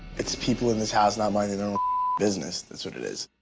it's people in this house not minding their own business. that's what it is.